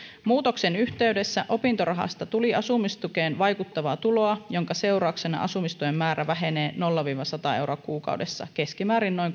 muutoksen yhteydessä opintorahasta tuli asumistukeen vaikuttavaa tuloa minkä seurauksena asumistuen määrä vähenee nolla viiva sata euroa kuukaudessa keskimäärin noin